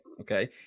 okay